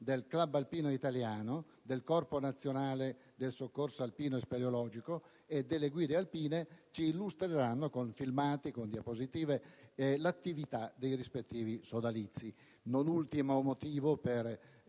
del Club alpino italiano, del Corpo nazionale del soccorso alpino e speleologico e delle Guide alpine ci illustreranno, con filmati e diapositive, l'attività dei rispettivi sodalizi. Non ultimo motivo per